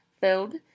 filled